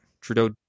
Trudeau